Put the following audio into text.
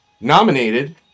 nominated